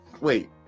wait